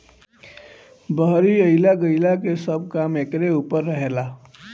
बहरी अइला गईला के सब काम एकरे ऊपर रहेला